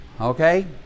Okay